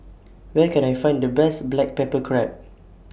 Where Can I Find The Best Black Pepper Crab